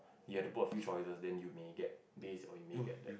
you have to put a few choices then you may get this or you may get that